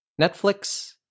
Netflix